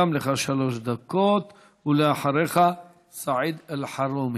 גם לך שלוש דקות, ואחריך, סעיד אלחרומי.